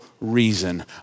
reason